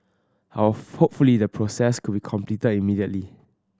hopefully the process could be completed immediately